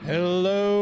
Hello